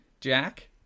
Jack